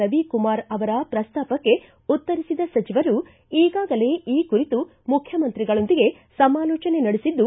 ರವಿಕುಮಾರ್ ಅವರ ಪ್ರಸ್ತಾಪಕ್ಕೆ ಉತ್ತರಿಸಿದ ಸಚಿವರು ಈಗಾಗಲೇ ಈ ಕುರಿತು ಮುಖ್ಯಮಂತ್ರಿಗಳೊಂದಿಗೆ ಸಮಾಲೋಚನೆ ನಡೆಸಿದ್ದು